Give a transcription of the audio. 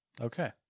okay